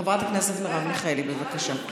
חברת הכנסת מרב מיכאלי, בבקשה.